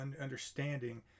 understanding